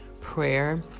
prayer